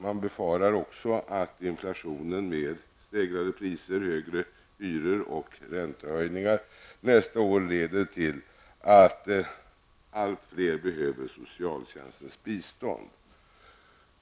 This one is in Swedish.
Man befarar också att inflationen med stegrade priser, högre hyror och räntehöjningar nästa år leder till att allt fler behöver socialtjänstens bistånd.